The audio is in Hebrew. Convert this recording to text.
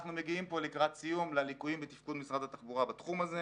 אנחנו מגיעים פה לקראת סיום לליקויים בתפקוד משרד התחבורה בתחום הזה.